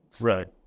Right